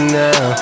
now